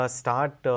start